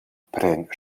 pren